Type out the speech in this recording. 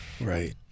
Right